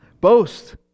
Boast